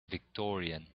victorian